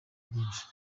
byishi